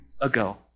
ago